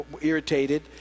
irritated